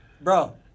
bro